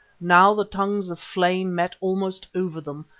now the tongues of flame met almost over them,